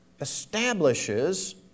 establishes